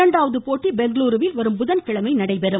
இரண்டாவது போட்டி பெங்களுரூவில் வரும் புதன்கிழமை நடைபெறும்